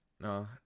No